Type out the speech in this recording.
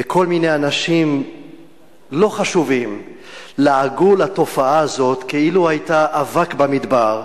וכל מיני אנשים לא חשובים לעגו לתופעה הזאת כאילו היתה אבק במדבר,